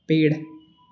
पेड़